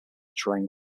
train